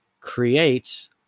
creates